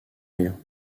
rire